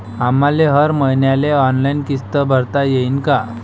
आम्हाले हर मईन्याले ऑनलाईन किस्त भरता येईन का?